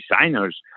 designers